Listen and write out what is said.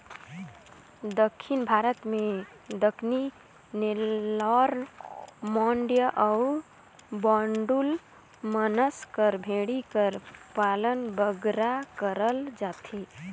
दक्खिन भारत में दक्कनी, नेल्लौर, मांडय अउ बांडुल नसल कर भेंड़ी कर पालन बगरा करल जाथे